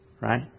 Right